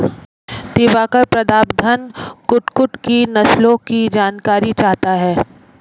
दिवाकर प्रतापधन कुक्कुट की नस्लों की जानकारी चाहता है